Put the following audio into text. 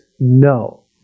No